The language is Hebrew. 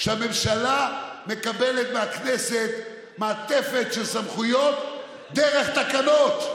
שהממשלה מקבלת מהכנסת מעטפת של סמכויות דרך תקנות.